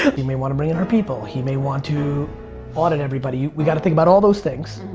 he may want to bring in her people. he may want to audit everybody. we got to think about all those things.